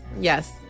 Yes